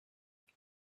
they